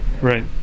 Right